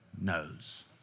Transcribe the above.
knows